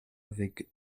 avec